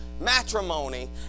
matrimony